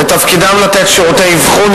ותפקידן לתת שירותי אבחון,